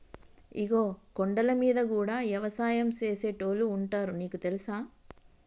ఇగో కొండలమీద గూడా యవసాయం సేసేటోళ్లు ఉంటారు నీకు తెలుసా